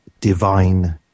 divine